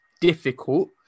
difficult